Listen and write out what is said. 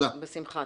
בשמחה.